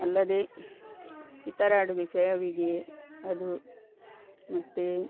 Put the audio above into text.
ಅಲ್ಲದೆ ಇತರ ಅಡುಗೆ ಶ್ಯಾವಿಗೆ ಅದು ಮತ್ತು